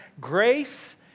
grace